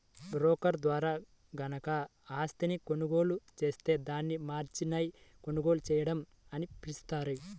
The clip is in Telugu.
బ్రోకర్ ద్వారా గనక ఆస్తిని కొనుగోలు జేత్తే దాన్ని మార్జిన్పై కొనుగోలు చేయడం అని పిలుస్తారు